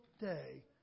day